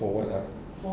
for what ah